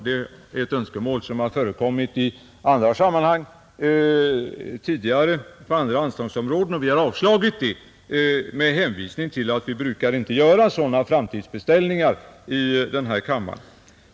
Det är ett önskemål som tidigare har förekommit på andra anslagsområden, och vi har avslagit det med hänvisning till att vi inte brukar göra sådana framtidsbeställningar i den här kammaren.